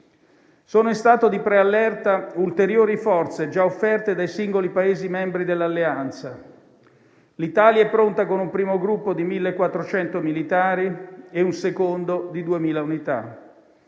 Sono in stato di preallerta ulteriori forze già offerte dai singoli Paesi membri dell'Alleanza. L'Italia è pronta con un primo gruppo di 1.400 militari e un secondo di 2.000 unità.